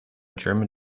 german